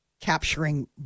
Capturing